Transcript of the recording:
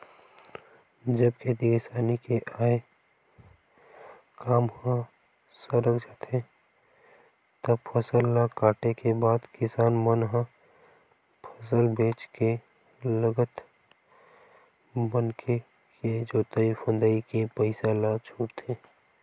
जब खेती किसानी के आय काम ह सरक जाथे तब फसल ल काटे के बाद किसान मन ह फसल बेंच के लगत मनके के जोंतई फंदई के पइसा ल छूटथे